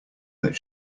that